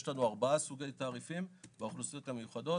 יש לנו ארבעה סוגי תעריפים לאוכלוסיות המיוחדות.